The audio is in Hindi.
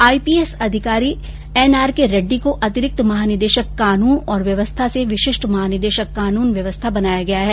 आईपीएस अधिकारी एन आर के रेड्डी को अतिरिक्त महानिदेशक कानून और व्यवस्था से विशिष्ठ महानिदेशक कानून व्यवस्था बनाया गया है